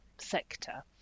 sector